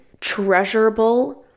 treasurable